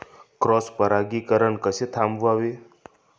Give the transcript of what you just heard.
Cross परागीकरण कसे थांबवावे?